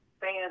fans